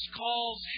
calls